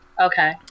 Okay